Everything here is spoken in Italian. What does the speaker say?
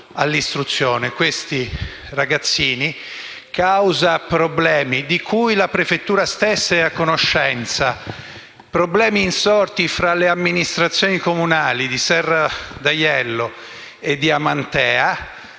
Questi ragazzini, a causa di problemi - di cui la prefettura stessa è a conoscenza - insorti tra le amministrazioni comunali di Serra d’Aiello e di Amantea,